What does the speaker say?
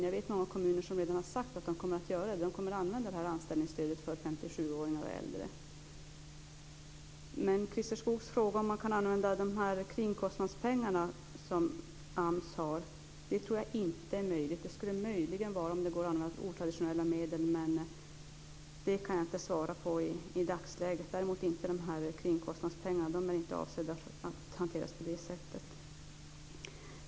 Jag vet många kommuner som redan har sagt att de kommer att använda det här anställningsstödet för 57-åringar och äldre. Christer Skoog frågade om man kan använda de kringkostnadspengar som AMS har. Jag tror inte att det är möjligt. Det skulle möjligen vara om det går att använda otraditionella medel, men jag kan inte svara på det i dagsläget. Däremot är kringkostnadspengarna inte avsedda att hanteras på det sättet.